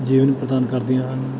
ਜੀਵਨ ਪ੍ਰਦਾਨ ਕਰਦੀਆਂ ਹਨ